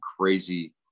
crazy